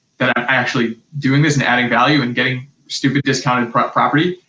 that i'm actually doing this and adding value and getting stupid discounted property.